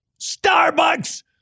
Starbucks